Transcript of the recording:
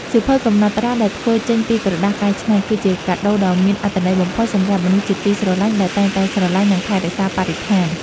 សៀវភៅកំណត់ត្រាដែលធ្វើចេញពីក្រដាសកែច្នៃ គឺជាកាដូដ៏មានអត្ថន័យបំផុតសម្រាប់មនុស្សជាទីស្រឡាញ់ដែលតែងតែស្រឡាញ់ និង ថែរក្សាបរិស្ថាន។